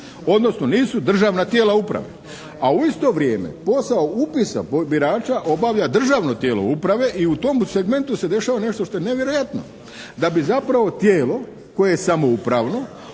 odnosno nisu državna tijela uprave. A u isto vrijeme posao upisa birača obavlja državno tijelo uprave i u tom segmentu se dešava nešto što je nevjerojatno. Da bi zapravo tijelo koje je samoupravno